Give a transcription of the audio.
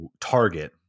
target